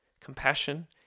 compassion